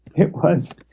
it was